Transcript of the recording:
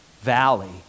valley